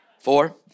Four